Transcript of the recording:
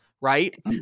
right